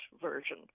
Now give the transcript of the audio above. version